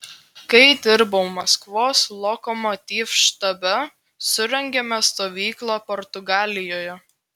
kai dirbau maskvos lokomotiv štabe surengėme stovyklą portugalijoje